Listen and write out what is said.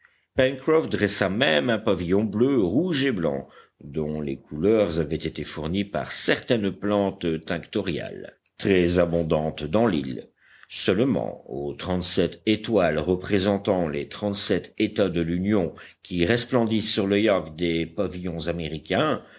pencroff dressa même un pavillon bleu rouge et blanc dont les couleurs avaient été fournies par certaines plantes tinctoriales très abondantes dans l'île seulement aux trente-sept étoiles représentant les trente-sept états de l'union qui resplendissent sur le yacht des pavillons américains